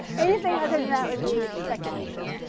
anything other than that would be speculation.